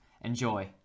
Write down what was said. Enjoy